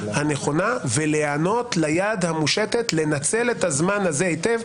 הנכונה ולהיענות ליד המושטת כדי לנצל את הזמן הזה היטב.